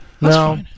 No